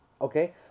Okay